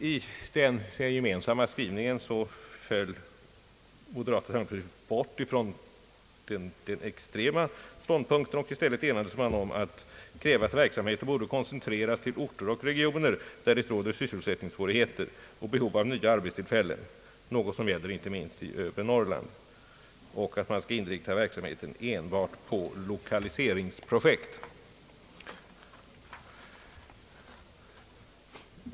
I den gemensamma skrivningen avvek moderata samlingspartiet från sin extrema ståndpunkt, och man enades i stället om att kräva att verksamheten borde koncentreras till orter och regioner där det råder sysselsättningssvårigheter och behov av nya arbetstillfällen, något som gäller inte minst i övre Norrland, samt att verksamheten enbart skall inriktas på lokaliseringsprojekt.